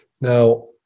Now